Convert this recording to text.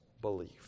belief